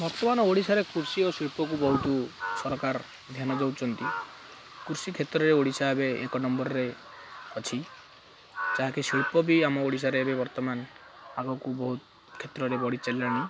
ବର୍ତ୍ତମାନ ଓଡ଼ିଶାରେ କୃଷି ଓ ଶିଳ୍ପକୁ ବହୁତୁ ସରକାର ଧ୍ୟାନ ଦେଉଛନ୍ତି କୃଷି କ୍ଷେତ୍ରରେ ଓଡ଼ିଶା ଏବେ ଏକ ନମ୍ବର୍ରେ ଅଛି ଯାହାକି ଶିଳ୍ପ ବି ଆମ ଓଡ଼ିଶାରେ ଏବେ ବର୍ତ୍ତମାନ ଆଗକୁ ବହୁତ କ୍ଷେତ୍ରରେ ବଢ଼ି ଚାଲିଲାଣି